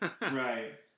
Right